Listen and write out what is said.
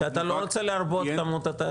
אתה לא רוצה להרבות בכמות התאגידים.